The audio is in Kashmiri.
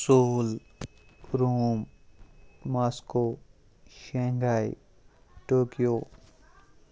sole Rome Moscow Shanghai Tokyo